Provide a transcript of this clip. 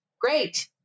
Great